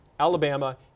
Alabama